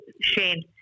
Shane